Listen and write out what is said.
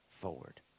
forward